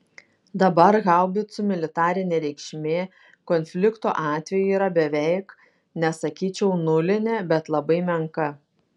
dabar haubicų militarinė reikšmė konflikto atveju yra beveik nesakyčiau nulinė bet labai menka